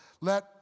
Let